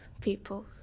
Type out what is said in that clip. people